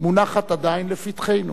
מונחת עדיין לפתחנו: